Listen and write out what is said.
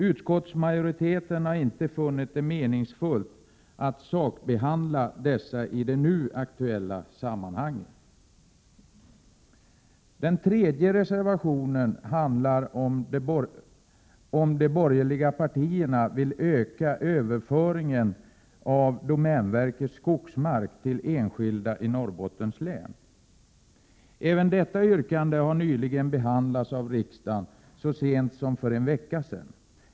Utskottsmajoriteten har inte funnit det meningsfullt att sakbehandla dessa i det nu aktuella sammanhanget. Av reservation 3 framgår att de borgerliga partierna vill öka överföringen av domänverkets skogsmark till enskilda i Norrbottens län. Detta yrkande behandlades av riksdagen så sent som för en vecka sedan.